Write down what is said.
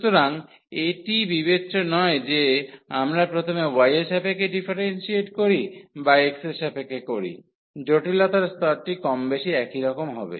সুতরাং এটি বিবেচ্য নয় যে আমরা প্রথমে y এর সাপেক্ষে ডিফারেন্সিয়েট করি বা x এর সাপেক্ষে করি জটিলতার স্তরটি কমবেশি একই রকম হবে